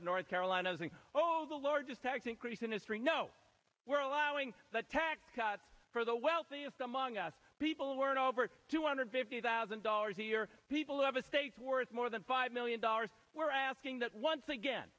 s north carolina oh the largest tax increase in history no we're allowing the tax cuts for the wealthiest among us people weren't over two hundred fifty thousand dollars a year people who have a stake worth more than five million dollars we're asking that once again